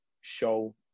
show